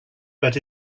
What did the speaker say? but